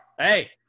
Hey